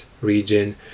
region